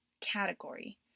category